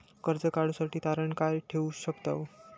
कर्ज काढूसाठी तारण काय काय ठेवू शकतव?